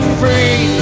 free